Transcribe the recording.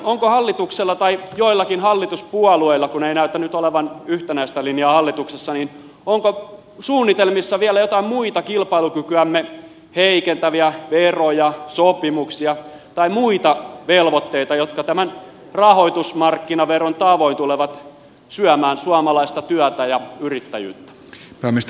onko hallituksella tai joillakin hallituspuolueilla kun ei näytä nyt olevan yhtenäistä linjaa hallituksessa suunnitelmissa vielä joitain muita kilpailukykyämme heikentäviä veroja sopimuksia tai muita velvoitteita jotka tämän rahoitusmarkkinaveron tavoin tulevat syömään suomalaista työtä ja yrittäjyyttä